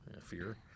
fear